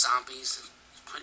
Zombies